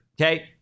okay